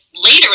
later